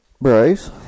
Bryce